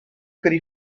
could